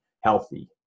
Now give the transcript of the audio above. healthy